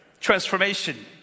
transformation